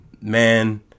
man